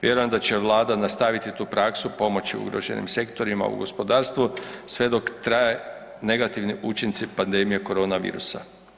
Vjerujem da će vlada nastaviti tu praksu pomoći ugroženim sektorima u gospodarstvu sve dok traju negativni učinci pandemije koronavirusa.